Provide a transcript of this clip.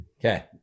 okay